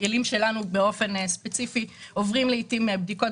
הכלים של מפעל תמה גרופ עוברים לעיתים בדיקות